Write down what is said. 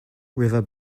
river